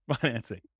financing